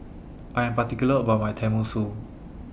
I Am particular about My Tenmusu